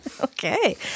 Okay